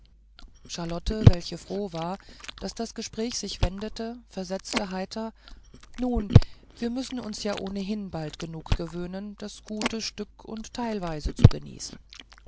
charlotte welche froh war daß das gespräch sich wendete versetzte heiter nun wir müssen uns ja ohnehin bald genug gewöhnen das gute stück und teilweise zu genießen